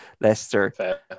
Leicester